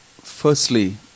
firstly